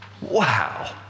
Wow